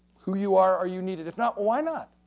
who you are, are you needed? if not, why not?